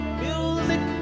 music